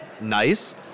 nice